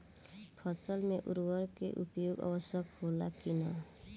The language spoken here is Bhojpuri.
फसल में उर्वरक के उपयोग आवश्यक होला कि न?